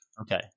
Okay